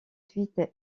suites